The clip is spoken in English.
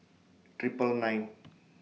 Triple nine